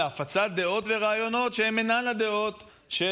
להפצת דעות ורעיונות שהם אינם הדעות של